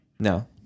No